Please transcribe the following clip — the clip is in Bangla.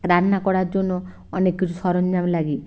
রান্না করার জন্য অনেক কিছু সরঞ্জাম লাগে